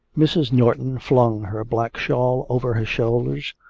mrs. norton flung her black shawl over her shoulders,